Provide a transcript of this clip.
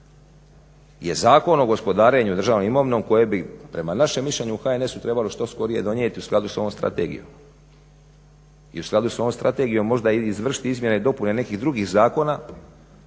je Zakon o gospodarenju državnom imovinom koji bi prema našem mišljenju u HNS-u trebalo što skorije donijeti u skladu sa ovom strategijom. I u skladu s ovom strategijom možda izvršiti izmjene i dopune nekih drugih zakona